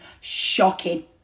shocking